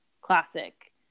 classic